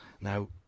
Now